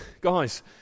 guys